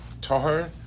Toher